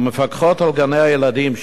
על מפקחות על גני-הילדים,